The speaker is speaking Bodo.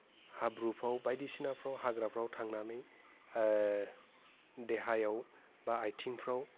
हाब्रुफ्राव बायदिसिनाफ्राव हाग्राफ्राव थांनानै देहायाव बा आइथिंफ्राव